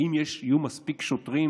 האם יהיו מספיק שוטרים